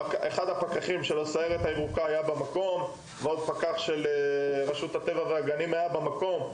אחד הפקחים של ׳הסיירת הירוקה׳ ועוד פקח של רשות הטבע והגנים היו במקום.